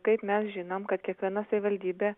kaip mes žinom kad kiekviena savivaldybė